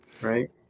right